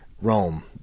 Rome